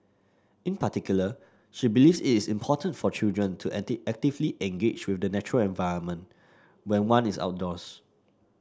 in particular she believes it is important for children to act actively engage with the natural environment when one is outdoors